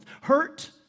hurt